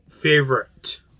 favorite